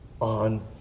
on